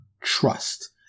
trust